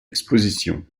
exposition